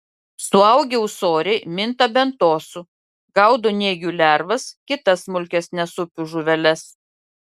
suaugę ūsoriai minta bentosu gaudo nėgių lervas kitas smulkesnes upių žuveles